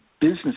Business